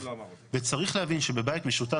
וצריך להבין שבבית משותף,